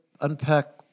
unpack